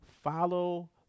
Follow